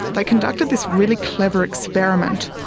they conducted this really clever experiment.